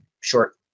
short